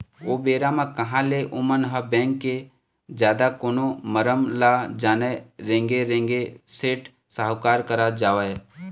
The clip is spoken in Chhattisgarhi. ओ बेरा म कहाँ ले ओमन ह बेंक के जादा कोनो मरम ल जानय रेंगे रेंगे सेठ साहूकार करा जावय